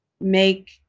make